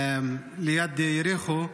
ליד יריחו.